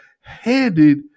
handed